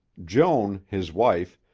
joan, his wife,